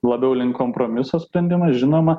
labiau link kompromiso sprendimas žinoma